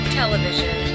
television